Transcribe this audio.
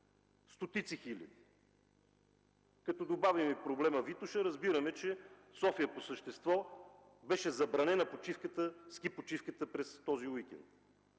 Стотици, хиляди! Като добавим и проблема Витоша, разбираме, че в София по същество беше забранена ски почивката през този уикенд.